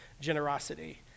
generosity